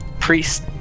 priest